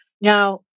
Now